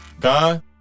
God